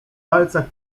palcach